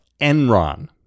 Enron